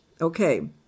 Okay